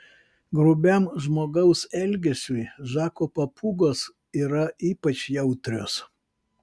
grubiam žmogaus elgesiui žako papūgos yra ypač jautrios